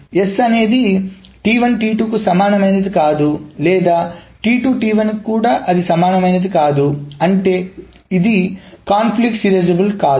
S అనేది కు సమానమైనది కాదు లేదా కూడా అది సమానమైనది కాదు అంటే ఇది సంఘర్షణ సీరియలైజేబిల్ కాదు